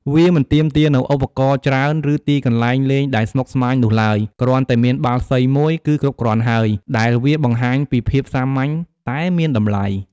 វាមិនទាមទារនូវឧបករណ៍ច្រើន ឬទីកន្លែងលេងដែលស្មុគស្មាញនោះឡើយ គ្រាន់តែមានបាល់សីមួយគឺគ្រប់គ្រាន់ហើយ ដែលវាបង្ហាញពីភាពសាមញ្ញតែមានតម្លៃ។